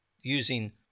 using